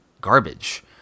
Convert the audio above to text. garbage